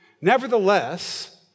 Nevertheless